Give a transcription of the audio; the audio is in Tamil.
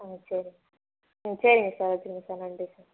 ம் சரிங்க ம் சரிங்க சார் வச்சிவிடுங்க சார் நன்றி சார்